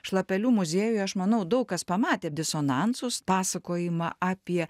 šlapelių muziejuj aš manau daug kas pamatė disonansus pasakojimą apie